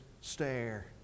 stare